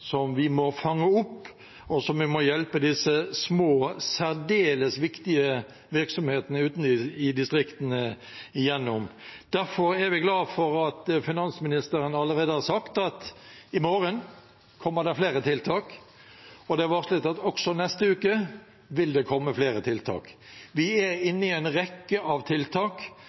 som vi må fange opp, og vi må hjelpe disse små, særdeles viktige virksomhetene ute i distriktene igjennom. Derfor er vi glade for at finansministeren allerede har sagt at i morgen kommer det flere tiltak, og det er varslet at også neste uke vil det komme flere tiltak. Vi er inne i en tid med en rekke tiltak,